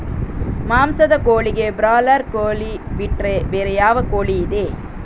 ಮಾಂಸದ ಕೋಳಿಗೆ ಬ್ರಾಲರ್ ಕೋಳಿ ಬಿಟ್ರೆ ಬೇರೆ ಯಾವ ಕೋಳಿಯಿದೆ?